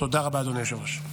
תודה רבה, אדוני היושב-ראש.